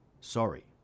sorry